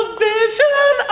vision